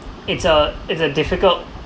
it's a it's a difficult